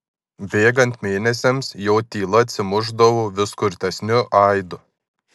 bėgant mėnesiams jo tyla atsimušdavo vis kurtesniu aidu